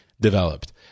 developed